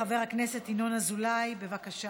חבר הכנסת ינון אזולאי, בבקשה,